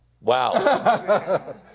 Wow